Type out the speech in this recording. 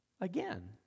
Again